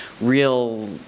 real